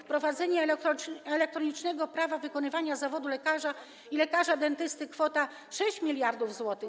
Wprowadzenie elektronicznego prawa wykonywania zawodów lekarza i lekarza dentysty - kwota 6 mld zł.